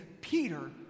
Peter